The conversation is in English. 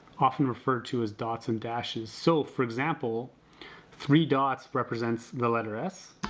often referred to as dots and dashes so for example three dots represents the letter s